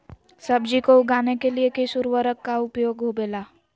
सब्जी को उगाने के लिए किस उर्वरक का उपयोग होबेला?